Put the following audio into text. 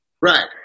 Right